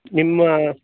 ನಿಮ್ಮ